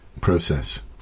process